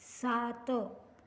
सात